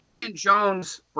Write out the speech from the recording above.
Jones